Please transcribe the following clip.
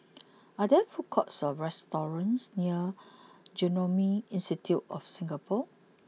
are there food courts or restaurants near Genome Institute of Singapore